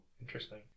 interesting